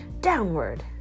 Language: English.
Downward